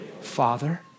Father